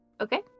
Okay